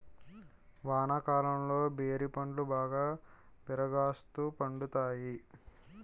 వానాకాలంలో బేరి పండ్లు బాగా విరాగాస్తు పండుతాయి